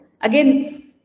Again